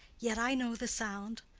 yet i know the sound.